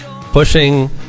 pushing